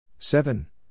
seven